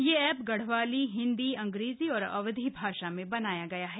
यह एप गढ़वाली हिन्दी अंग्रेजी और अवधी भाषा में बनाया गया है